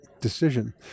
decision